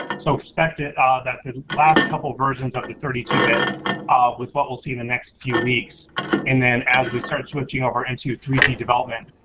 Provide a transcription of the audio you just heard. so respect it ah that the last couple versions of the thirty two bit with what we'll see in the next few weeks and then as we start switching over into three g development,